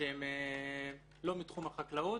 שהם לא מתחום החקלאות,